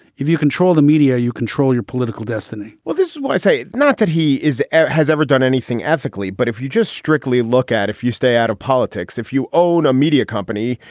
if you control the media, you control your political destiny well, this is why i say not that he is has ever done anything ethically. but if you just strictly look at if you stay out of politics, if you own a media company,